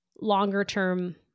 longer-term